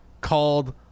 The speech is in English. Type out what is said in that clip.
called